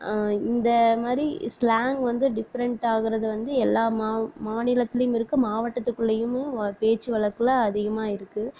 இந்தமாதிரி ஸ்லாங் வந்து டிஃப்ரெண்டாகுறது வந்து எல்லா மா மாநிலத்துலேயும் இருக்குது மாவட்டத்துக்குள்ளேயுமோ பேச்சு வழக்கில் அதிகமாக இருக்குது